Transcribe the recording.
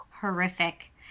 horrific